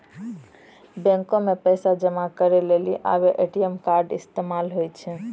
बैको मे पैसा जमा करै लेली आबे ए.टी.एम कार्ड इस्तेमाल होय छै